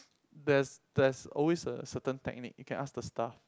there's there's always a certain technique you can ask the staff